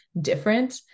different